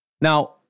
Now